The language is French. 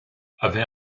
avait